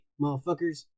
motherfuckers